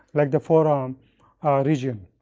like the forearm region.